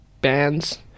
bands